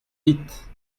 vite